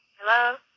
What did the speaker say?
Hello